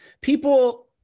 people